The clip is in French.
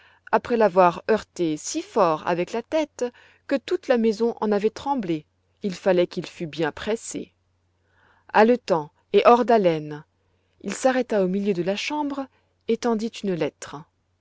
après l'avoir heurtée si fort avec la tête que toute la maison en avait tremblé il fallait qu'il fût bien pressé haletant et hors d'haleine il s'arrêta au milieu de la chambre et tendit une lettre